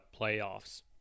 playoffs